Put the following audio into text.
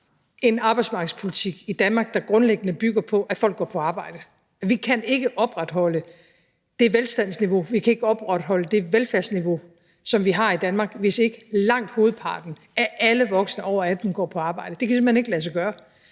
en arbejdsmarkedspolitik i Danmark, der grundlæggende bygger på, at folk går på arbejde. Vi kan ikke opretholde det velstandsniveau, vi kan ikke opretholde det velfærdsniveau, som vi har i Danmark, hvis ikke langt hovedparten af alle voksne over 18 år går på arbejde, det kan simpelt hen ikke lade sig gøre,